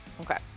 Okay